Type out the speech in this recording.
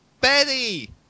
Betty